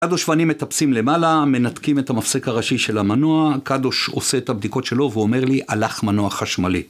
קדוש ואני מטפסים למעלה, מנתקים את המפסק הראשי של המנוע, קדוש עושה את הבדיקות שלו ואומר לי ״הלך מנוע חשמלי״.